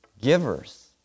givers